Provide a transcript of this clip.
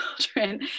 children